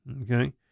Okay